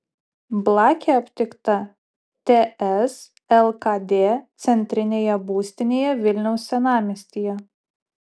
blakė aptikta ts lkd centrinėje būstinėje vilniaus senamiestyje